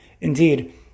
Indeed